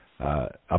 Up